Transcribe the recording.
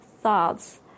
thoughts